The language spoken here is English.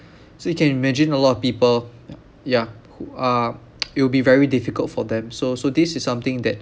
so you can imagine a lot of people yup yeah who are it will be very difficult for them so so this is something that